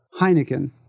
Heineken